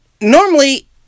normally